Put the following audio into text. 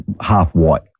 half-white